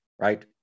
right